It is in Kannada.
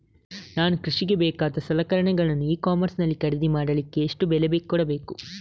ನಾನು ಕೃಷಿಗೆ ಬೇಕಾದ ಸಲಕರಣೆಗಳನ್ನು ಇ ಕಾಮರ್ಸ್ ನಲ್ಲಿ ಖರೀದಿ ಮಾಡಲಿಕ್ಕೆ ಎಷ್ಟು ಬೆಲೆ ಕೊಡಬೇಕು?